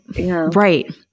right